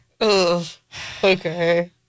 Okay